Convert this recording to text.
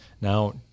now